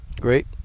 Great